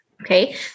Okay